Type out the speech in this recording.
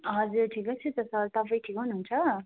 हजुर ठिकै छु त सर तपाईँ ठिकै हुनुहुन्छ